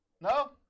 No